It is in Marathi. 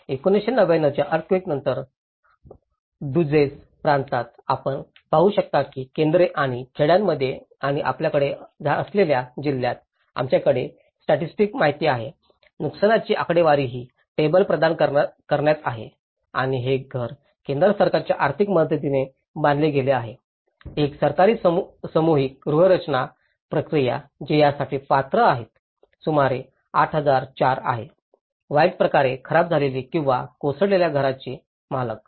1999 च्या अर्थक्वेकानंतर दुझसे प्रांतात आपण पाहू शकता की केंद्रे आणि खेड्यांमध्ये आणि आपल्याकडे असलेल्या जिल्ह्यात आमच्याकडे स्टँटिस्टिक माहिती आहे नुकसानीची आकडेवारी ही टेबल प्रदान करण्यात आहे आणि हे घर केंद्र सरकारच्या आर्थिक मदतीने बांधले गेले आहे एक सरकारी सामूहिक गृहनिर्माण प्रक्रिया जे या साठी पात्र आहेत सुमारे 8004 आहे वाईट प्रकारे खराब झालेले किंवा कोसळलेल्या घराचे मालक